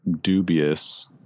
dubious